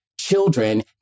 children